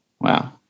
Wow